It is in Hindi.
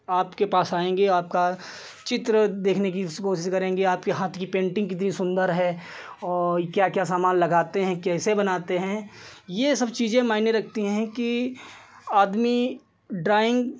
आपके पास आएँगे आपका चित्र देखने की कोशिश करेंगे आपके हाथ की पेन्टिन्ग कितनी सुन्दर है और क्या क्या सामान लगते हैं कैसे बनाते हैं ये सब चीज़ें मायने रखती हैं कि आदमी ड्रॉइन्ग